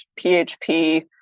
PHP